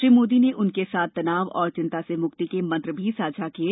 श्री मोदी ने उनके साथ तनाव और चिंता से मुक्ति के मंत्र साझा किये